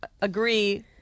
agree